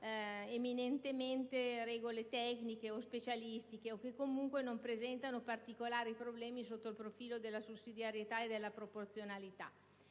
eminentemente regole tecniche o specialistiche, o che comunque non presentano particolari problemi sotto il profilo della sussidiarietà e della proporzionalità,